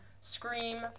Scream